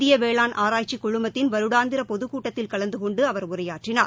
இந்திய வேளாண் ஆராய்ச்சிக்குழுமத்தின் வருடாந்திர பொதுக் கூட்டத்தில் கலந்துகொண்டு அவர் உரையாற்றினார்